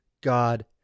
God